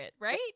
right